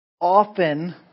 often